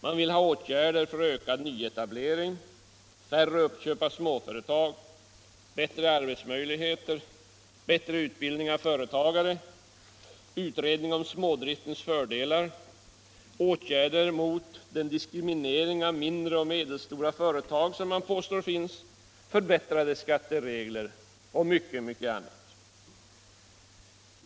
Man vill ha åtgärder för ökad nyetablering, färre uppköp av småföretag, bättre arbetsmöjligheter, bättre utbildning av företagare, utredning av smådriftens fördelar, åtgärder mot den diskriminering av mindre och medelstora företag som man påstår förekommer, förbättrade skatteregler och mycket annat.